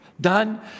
done